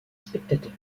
spectateur